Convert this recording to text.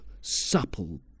supple